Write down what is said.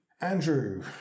Andrew